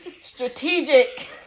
Strategic